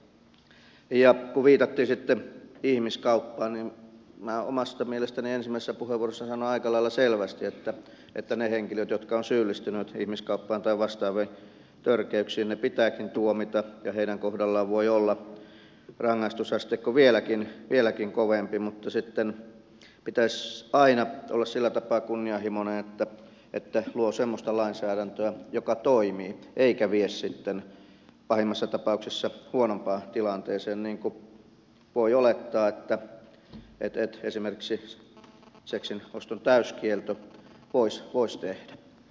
kun viitattiin sitten ihmiskauppaan niin minä omasta mielestäni ensimmäisessä puheenvuorossani sanoin aika lailla selvästi että ne henkilöt jotka ovat syyllistyneet ihmiskauppaan tai vastaaviin törkeyksiin pitääkin tuomita ja heidän kohdallaan voi olla rangaistusasteikko vieläkin kovempi mutta sitten pitäisi aina olla sillä tapaa kunnianhimoinen että luo semmoista lainsäädäntöä joka toimii eikä vie sitten pahimmassa tapauksessa huonompaan tilanteeseen niin kuin voi olettaa että esimerkiksi seksin oston täyskielto voisi tehdä